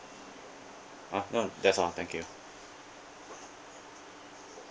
ah no that's all thank you